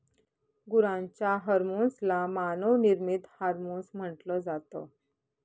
गुरांच्या हर्मोन्स ला मानव निर्मित हार्मोन्स म्हटल जात